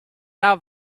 are